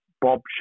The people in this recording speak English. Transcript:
Bob